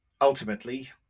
ultimately